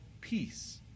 peace